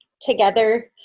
together